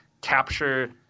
capture